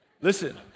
Listen